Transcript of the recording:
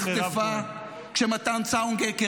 אנחנו לא נוהגים לקרוא לשרים, אנא ממך, השר קרעי.